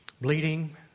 bleeding